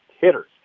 hitters